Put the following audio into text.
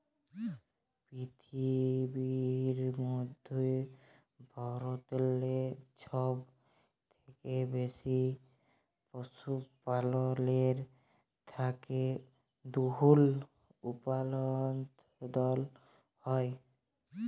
পিরথিবীর মইধ্যে ভারতেল্লে ছব থ্যাইকে বেশি পশুপাললের থ্যাইকে দুহুদ উৎপাদল হ্যয়